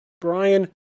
Brian